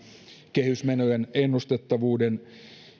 kehysmenojen ennustettavuuden